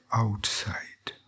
outside